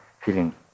feeling